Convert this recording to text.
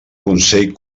consell